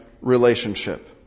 relationship